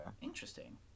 Interesting